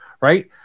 right